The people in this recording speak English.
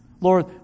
Lord